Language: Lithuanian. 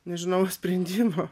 nežinau sprendimo